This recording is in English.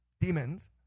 Demons